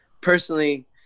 personally